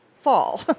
fall